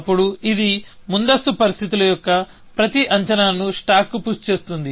అప్పుడు ఇది ముందస్తు పరిస్థితుల యొక్క ప్రతి అంచనాను స్టాక్కు పుష్ చేస్తుంది